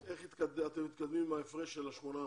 איך אתם מתקדמים עם ההפרש של ה-800,